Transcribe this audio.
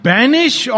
Banish